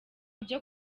byo